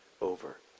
over